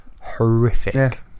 horrific